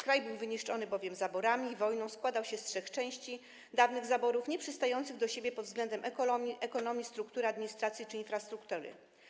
Kraj był bowiem wyniszczony zaborami i wojną, składał się z trzech części dawnych zaborów nieprzystających do siebie pod względem ekonomii, struktury, administracji czy infrastruktury.